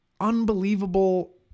unbelievable